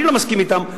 אני לא מסכים אתם.